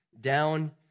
down